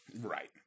right